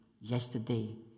yesterday